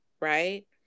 right